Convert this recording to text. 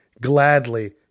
gladly